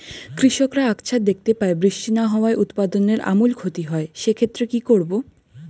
কৃষকরা আকছার দেখতে পায় বৃষ্টি না হওয়ায় উৎপাদনের আমূল ক্ষতি হয়, সে ক্ষেত্রে কি করব?